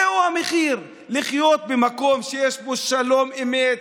זהו המחיר: לחיות במקום שיש בו שלום אמת,